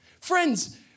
Friends